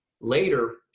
later